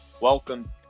Welcome